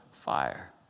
fire